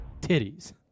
titties